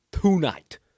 tonight